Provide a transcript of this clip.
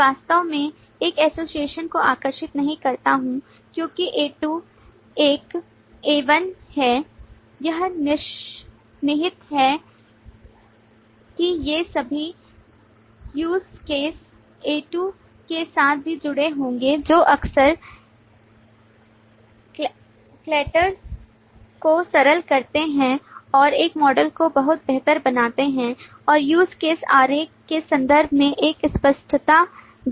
मैं वास्तव में इस एसोसिएशन को आकर्षित नहीं करता हूं क्योंकि A2 एक A1 है यह निहित है कि ये सभी यूसेजकेस A 2 के साथ भी जुड़े होंगे जो अक्सर क्लैटर्स को सरल करते हैं और एक मॉडल को बहुत बेहतर बनाते हैं और use case आरेख के संदर्भ में एक स्पष्टता देते हैं